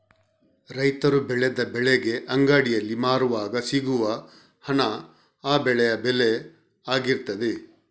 ರೈತರು ಬೆಳೆದ ಬೆಳೆಗೆ ಅಂಗಡಿಯಲ್ಲಿ ಮಾರುವಾಗ ಸಿಗುವ ಹಣ ಆ ಬೆಳೆಯ ಬೆಲೆ ಆಗಿರ್ತದೆ